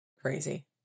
Crazy